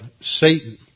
Satan